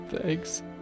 thanks